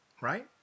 right